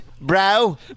bro